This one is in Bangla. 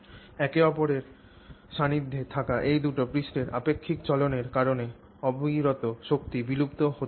একে অপরের সান্নিধ্যে থাকা এই দুটি পৃষ্ঠের আপেক্ষিক চলনের কারণে অবিরত শক্তি বিলুপ্ত হতে থাকবে